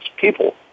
people